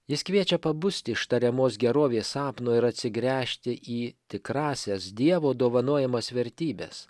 jis kviečia pabusti iš tariamos gerovės sapno ir atsigręžti į tikrąsias dievo dovanojamas vertybes